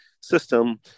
system